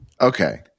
okay